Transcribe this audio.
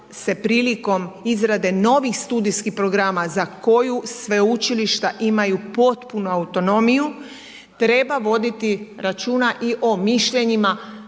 se prilikom izrade novih studijskih programa za koju sveučilišta imaju potpunu autonomiju treba voditi računa i o mišljenjima